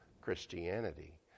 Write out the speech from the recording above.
Christianity